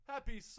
Happy